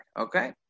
okay